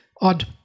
odd